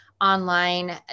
online